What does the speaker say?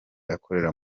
akorera